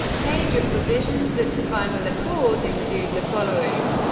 major provisions of the final accord include the following